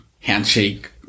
handshake